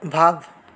भव